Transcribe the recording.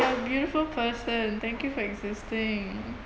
you're a beautiful person thank you for existing